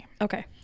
okay